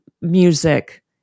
music